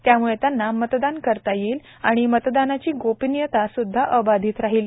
त्यामुळे त्यांना मतदान करता येईल व मतदानाची गोपनीयता सुद्धा अबाधित राहील